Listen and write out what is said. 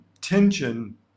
tension